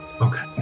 Okay